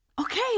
Okay